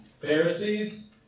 Pharisees